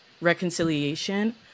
reconciliation